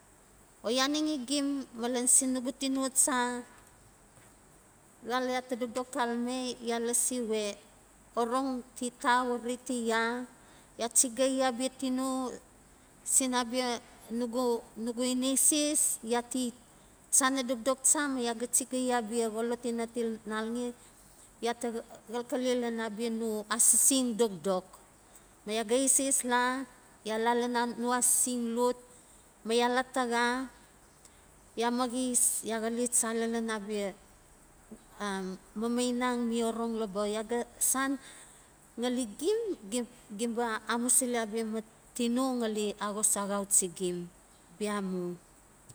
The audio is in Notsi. O ya min xi gim malan sin nugu tino cha xal ya ta dokdok xalame ya lasi we orong ti ta riti ya, ya chixai abia tino sin abia nugu nugu ineses ya ti chana dokdok chama ya ga chigaii abia xolot ina til nalxe ya ta xalexale lan abia no asising dokdok. Ma ya ga eses la ya la lan no asising lo ma ya taxa ya maxis ya xale cha lan abia mat tino ngali axos axauchi gim bia mu.